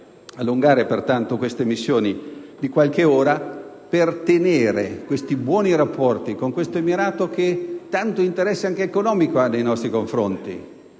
allungare pertanto queste missioni di qualche ora per mantenere buoni rapporti con questo Emirato che tanto interesse, anche economico, ha nei nostri confronti.